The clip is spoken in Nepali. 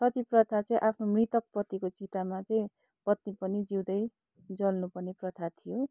सती प्रथा चाहिँ आफ्नो मृतक पतिको चितामा चाहिँ पत्नी पनि जिउँदै जल्नुपर्ने प्रथा थियो